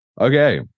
Okay